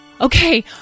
Okay